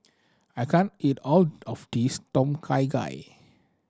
I can't eat all of this Tom Kha Gai